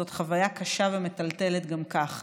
זאת חוויה קשה ומטלטלת גם כך.